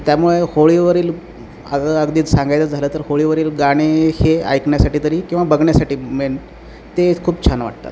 त्यामुळे होळीवरील अग अगदी सांगायचं झालं तर होळीवरील गाणे हे ऐकण्यासाठी तरी किंवा बघण्यासाठी मेन ते खूप छान वाटतात